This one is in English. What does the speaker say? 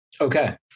Okay